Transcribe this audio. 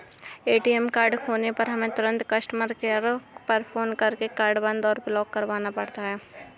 ATM card खोने पर हमें तुरंत कस्टमर केयर पर फ़ोन करके कार्ड बंद या ब्लॉक करवाना पड़ता है